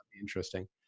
interesting